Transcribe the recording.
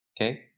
okay